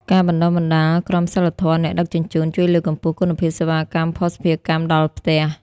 ការបណ្ដុះបណ្ដាល "ក្រមសីលធម៌អ្នកដឹកជញ្ជូន" ជួយលើកកម្ពស់គុណភាពសេវាកម្មភស្តុភារកម្មដល់ផ្ទះ។